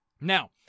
Now